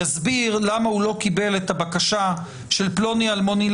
נכון הוא גם נרמז בזיקה המקומית ב-220ג.